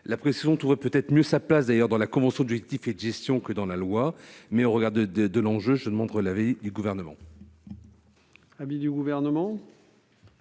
La précision trouverait peut-être mieux sa place dans la convention d'objectifs et de gestion que dans la loi. Au regard de l'enjeu, je demande l'avis du Gouvernement.